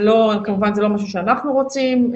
כמובן זה לא משהו שאנחנו רוצים.